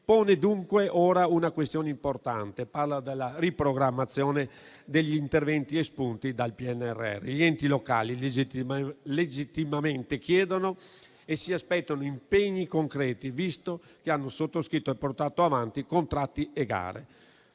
pone dunque ora una questione importante: parlo della riprogrammazione degli interventi espunti dal PNRR. Gli enti locali legittimamente chiedono e si aspettano impegni concreti, visto che hanno sottoscritto e portato avanti contratti e gare.